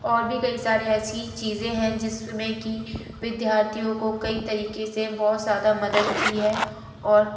और भी कई सारे ऐसी चीजे हैं जिसमें कि बिद्यार्थियो को कई तरीके से बहुत ज़्यादा मदद की है और